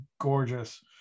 gorgeous